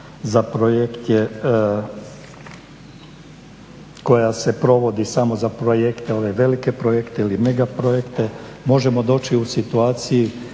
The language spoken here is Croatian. za projekte koja se provodi samo za projekte ove velike projekte ili mega projekte možemo doći u situaciji